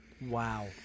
Wow